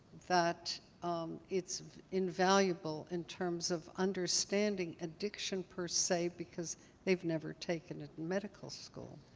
that it's invaluable in terms of understanding addiction, per se, because they've never taken medical school.